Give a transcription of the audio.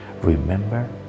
Remember